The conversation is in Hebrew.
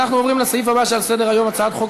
אנחנו עוברים לסעיף הבא שעל סדר-היום: הצעת חוק